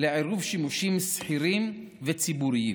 לעירוב שימושים מסחריים וציבוריים.